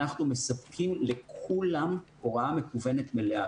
אנחנו מספקים לכולם הוראה מקוונת מלאה,